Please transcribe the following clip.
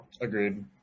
Agreed